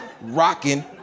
rocking